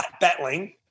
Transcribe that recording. battling